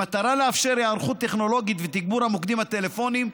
במטרה לאפשר היערכות טכנולוגית ותגבור המוקדים הטלפוניים,